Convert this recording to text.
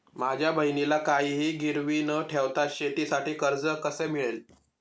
माझ्या बहिणीला काहिही गिरवी न ठेवता शेतीसाठी कर्ज कसे मिळेल?